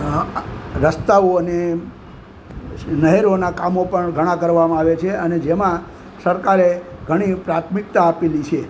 અ રસ્તાઓ અને નહેરોનાં કામો પણ ઘણાં કરવામાં આવે છે અને જેમાં સરકારે ઘણી પ્રાથમિકતા આપેલી છે